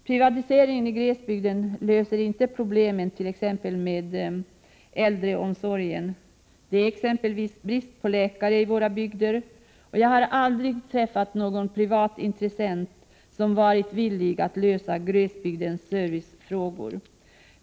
Privatiseringen i glesbygden löser inte problemen med exempelvis äldreomsorgen. Det är t.ex. brist på läkare i våra glesbygder. Jag har aldrig träffat någon privat intressent som har varit villig att lösa glesbygdens servicefrågor.